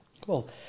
Cool